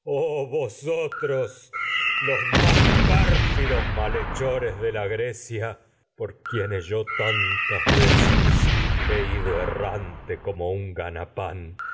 otros los más pérfidos malhechores de la grecia quienes yo tantas veces he pán ques ido errante el mar como un gana